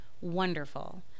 wonderful